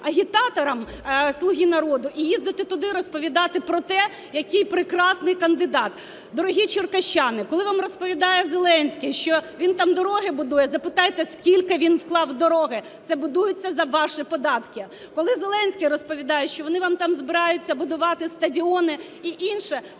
ВІП-агітатором "Слуги народу" і їздити туди розповідати про те, який прекрасний кандидат. Дорогі черкащани, коли вам розповідає Зеленський, що він там дороги будує, запитайте, скільки він вклав в дороги. Це будується за ваші податки. Коли Зеленський розповідає, що вони вам там збираються будувати стадіони і інше